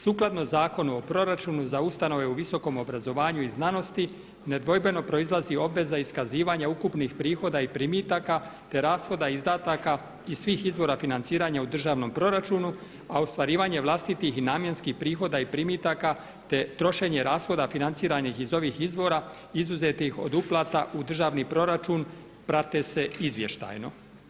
Sukladno Zakonu o proračunu za ustanove u visokom obrazovanju i znanosti nedvojbeno proizlazi obveza iskazivanja ukupnih prihoda i primitaka te rashoda izdataka i svih izvora financiranja u državnom proračunu, a ostvarivanje vlastitih i namjenskih prihoda i primitaka, te trošenje rashoda financiranih iz ovih izvora izuzetih od uplata u državni proračun prate se izvještajno.